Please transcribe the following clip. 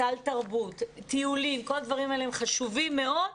סל תרבות, טיולים, כל הדברים האלה הם חשובים מאוד.